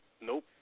nope